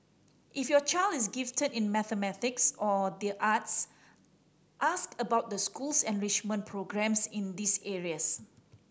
if your child is gifted in mathematics or the arts ask about the school's enrichment programmes in these areas